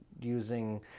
using